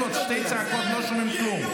לא שומעים כלום.